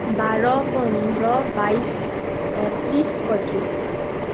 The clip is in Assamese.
বাৰ পোন্ধৰ বাইছ ত্ৰিছ পঁয়ত্ৰিছ